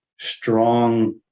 strong